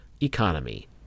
economy